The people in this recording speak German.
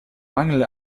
mangel